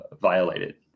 violated